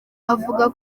avuga